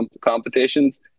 competitions